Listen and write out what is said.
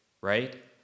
right